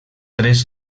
tres